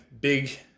Big